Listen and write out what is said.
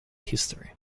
history